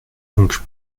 donc